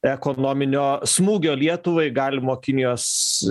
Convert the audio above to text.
ekonominio smūgio lietuvai galimo kinijos